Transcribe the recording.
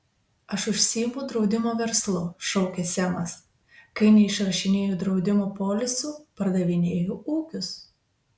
aš užsiimu draudimo verslu šaukė semas kai neišrašinėju draudimo polisų pardavinėju ūkius